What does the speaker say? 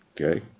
okay